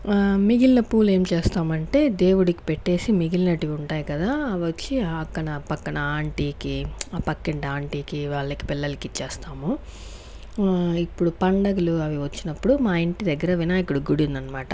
మిగిలిన పూలు ఏం చేస్తామంటే దేవుడికి పెట్టేసి మిగిలినటివి ఉంటాయి కదా వచ్చి ఆ అక్కనా పక్కన ఆంటీకి ఆ పక్కింటి ఆంటీకి వాళ్లకి పిల్లలకి ఇచ్చేస్తాము ఇప్పుడు పండగలు అవి వచ్చినప్పుడు మా ఇంటి దగ్గర వినాయకుడి గుడి ఉంది అనమాట